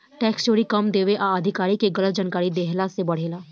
tax चोरी कम देवे आ अधिकारी के गलत जानकारी देहला से बढ़ेला